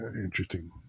interesting